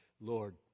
Lord